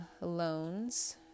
loans